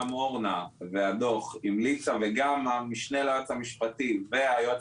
גם אורנה המליצה וגם המשנה ליועץ המשפטי והיועץ